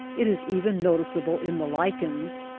it is even noticeable in the lichens.